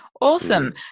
Awesome